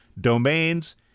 domains